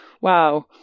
wow